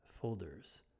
folders